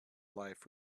life